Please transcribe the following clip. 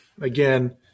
again